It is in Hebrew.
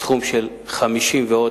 סכום של 50 מיליון,